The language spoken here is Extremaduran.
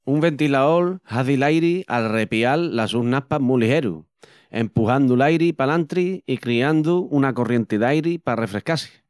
Un ventilaol hazi l'airi al repial las sus naspas mu ligeru, empuxandu l'airi palantri i criandu una corrienti d'airi pa refrescá-si.